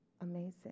amazing